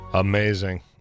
Amazing